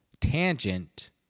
tangent